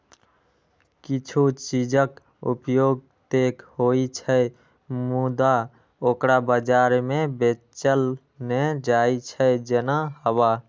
किछु चीजक उपयोग ते होइ छै, मुदा ओकरा बाजार मे बेचल नै जाइ छै, जेना हवा